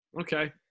Okay